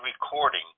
recording